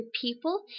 people